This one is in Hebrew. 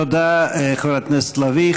תודה, חברת הכנסת לביא.